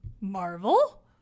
Marvel